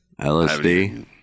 LSD